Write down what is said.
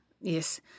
yes